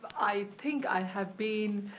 i think i have been,